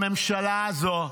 הממשלה הזאת,